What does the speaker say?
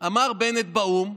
אמר בנט באו"ם: